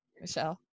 Michelle